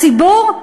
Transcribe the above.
הציבור?